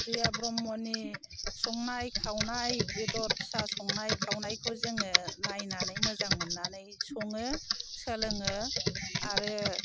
रिया ब्रह्मनि संनाय खावनाय बेदर फिसा संनाय खावनायखौ जोङो नायनानै मोजां मोननानै सङो सोलोङो आरो